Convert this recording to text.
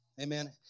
Amen